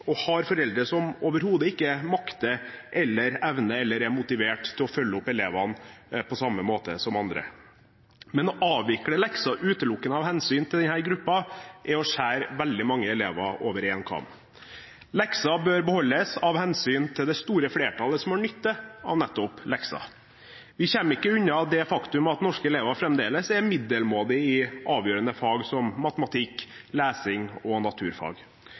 og har foreldre som overhodet ikke makter, evner eller er motivert til å følge opp elevene på samme måte som andre. Men å avvikle leksene utelukkende av hensyn til denne gruppen, er å skjære veldig mange elever over én kam. Lekser bør beholdes av hensyn til det store flertallet som har nytte av nettopp lekser. Vi kommer ikke unna det faktum at norske elever fremdeles er middelmådige i avgjørende fag som matematikk, lesing og naturfag.